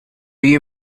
you